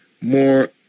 more